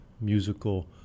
musical